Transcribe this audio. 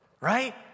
Right